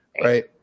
Right